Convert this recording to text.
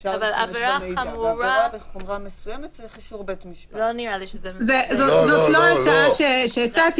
ואני עונה כאן לישי, זה לא תמיד ששוטר רואה מול